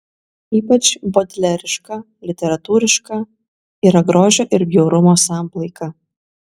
ypač bodleriška literatūriška yra grožio ir bjaurumo samplaika